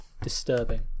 disturbing